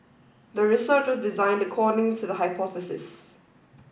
the research was designed according to the hypothesis